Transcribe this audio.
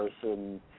person